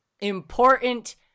important